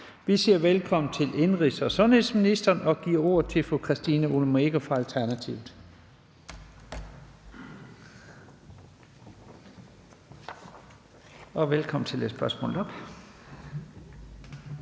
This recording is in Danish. Vi siger velkommen til indenrigs- og sundhedsministeren og giver ordet til fru Christina Olumeko fra Alternativet. Kl. 13:02 Spm.